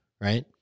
Right